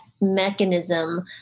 mechanism